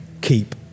keep